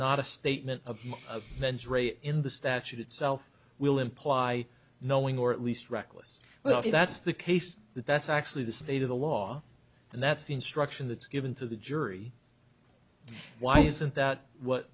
not a statement of a mens rea in the statute itself will imply knowing or at least reckless well if that's the case that that's actually the state of the law and that's the instruction that's given to the jury why isn't what